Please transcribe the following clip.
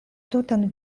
tutan